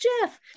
Jeff